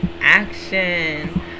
Action